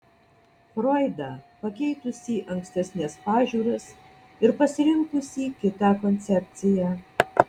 froidą pakeitusi ankstesnes pažiūras ir pasirinkusį kitą koncepciją